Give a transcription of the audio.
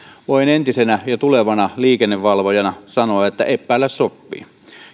voin entisenä ja tulevana liikennevalvojana sanoa että eppäillä soppii